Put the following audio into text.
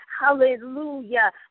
hallelujah